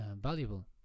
valuable